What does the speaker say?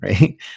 right